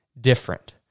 different